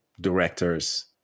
directors